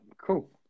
cool